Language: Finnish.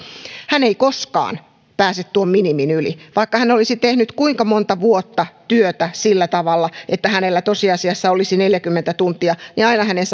hän ei koskaan pääse tuon minimin yli vaikka hän olisi tehnyt kuinka monta vuotta työtä sillä tavalla että hänellä tosiasiassa olisi neljäkymmentä tuntia niin aina hänen